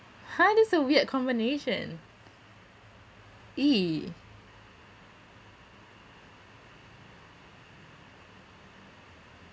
!huh! that's a weird combination !ee!